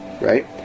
right